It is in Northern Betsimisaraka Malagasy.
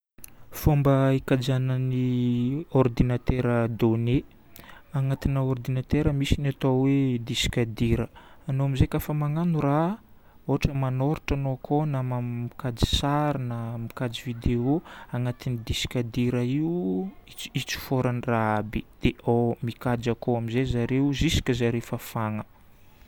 Fomba ikajianan'ny ordinatera données. Agnatina ordinatera misy ny atao hoe disque dur. Anao amin'izay kafa magnano raha, ohatra manoratra enao koa mikajy sary na mikajy video, agnatin'ny disque dur io itsoforan'ny raha aby, dia ao, mikajy akao amin'izay zare jusque zare fafagna.